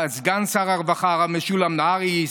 סגן שר הרווחה הרב משולם נהרי,